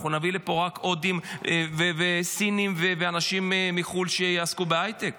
אנחנו נביא לפה רק הודים וסינים ואנשים מחו"ל שיעסקו בהייטק?